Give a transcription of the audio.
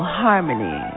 harmony